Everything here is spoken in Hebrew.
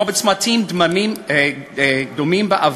כמו בצמתים דומים בעבר,